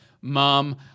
mom-